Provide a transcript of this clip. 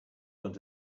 want